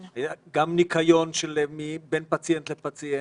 גם ניקיון בין פציינט לפציינט,